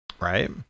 Right